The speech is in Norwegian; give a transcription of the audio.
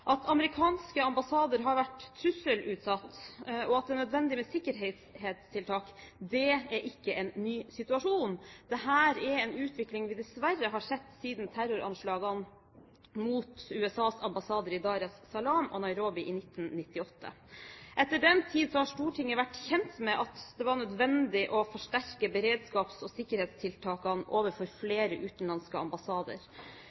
at amerikanske ambassader har vært trusselutsatt og at det er nødvendig med sikkerhetstiltak, er ikke en ny situasjon. Dette er en utvikling vi dessverre har sett siden terroranslagene mot USAs ambassader i Dar-es-Salaam og Nairobi i 1998. Etter den tid har Stortinget vært kjent med at det var nødvendig å forsterke beredskaps- og sikkerhetstiltakene overfor